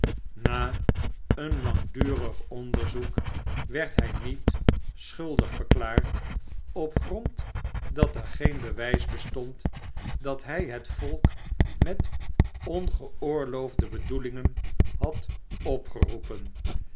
na een langdurig onderzoek werd hij nietschuldig verklaard op grond dat er geen bewijs bestond dat hij het volk met ongeoorloofde bedoelingen had opgeroepen